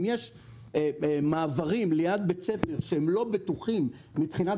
אם יש מעברים ליד בית ספר שהם לא בטוחים מבחינת